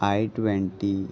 I twenty